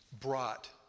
brought